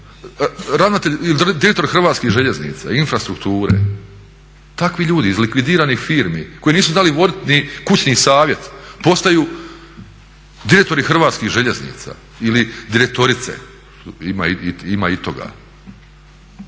ravnatelj ili direktor Hrvatskih željeznica infrastrukture. Takvi ljudi iz likvidiranih firmi koji nisu znali voditi ni kućni savjet postaju direktori Hrvatskih željeznica ili direktorice. Ima i toga.